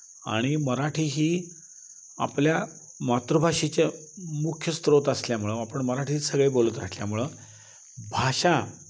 आणि मराठी ही आपल्या मातृभाषेचे मुख्य स्रोत असल्यामुळं आपण मराठी सगळे बोलत असल्यामुळं भाषा